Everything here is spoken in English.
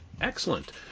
excellent